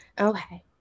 okay